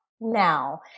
now